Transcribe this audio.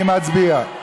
אני מצביע.